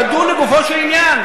לדון לגופו של עניין,